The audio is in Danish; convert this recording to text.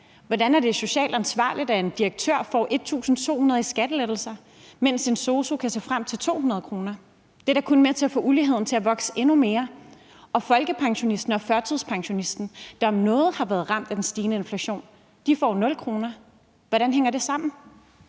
Hvordan er det socialt ansvarligt, at en direktør får 1.200 kr. i skattelettelser, mens en sosu kan se frem til 200 kr.? Det er da kun med til at få uligheden til at vokse endnu mere. Og folkepensionisten og førtidspensionisten, der om noget har været ramt af den stigende inflation, får 0 kr. Hvordan hænger det sammen?